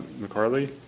McCarley